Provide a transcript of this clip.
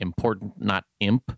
importantnotimp